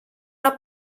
una